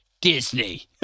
Disney